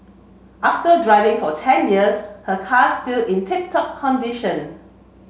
after driving for ten years her car still in tip top condition